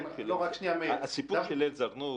הסיפור של אל-זרנוק